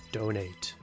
donate